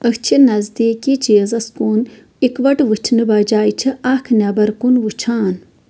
أچھِ نزدیٖکی چیٖزَس کُن اِكوٹ وٕچھنہٕ بجاے چھِ اكھ نیبر كُن وٕچھان